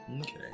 Okay